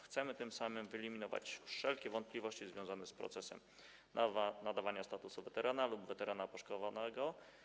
Chcemy tym samym wyeliminować wszelkie wątpliwości związane z procesem nadawania statusu weterana lub weterana poszkodowanego.